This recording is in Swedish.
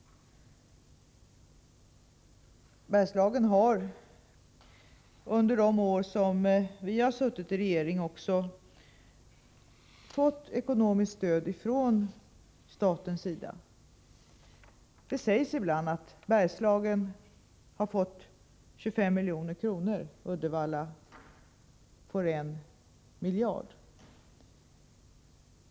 Bergslagen har under de år som vi har suttit i regeringsställning också fått ekonomiskt stöd från staten. Det sägs ibland att Bergslagen har fått 25 milj.kr. och Uddevalla får 1 miljard.